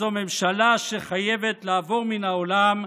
זו ממשלה שחייבת לעבור מן העולם,